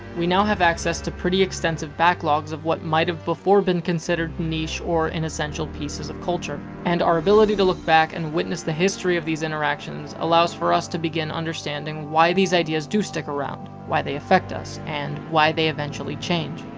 we now have access to pretty extensive backlogs of what might have before been considered niche, or inessential, pieces of culture. and our ability to look back and witness the history of these interactions allows for us to begin understanding why these ideas do stick around. why they effect us. and, why they eventually change.